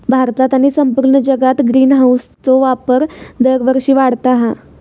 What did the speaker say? भारतात आणि संपूर्ण जगात ग्रीनहाऊसचो वापर दरवर्षी वाढता हा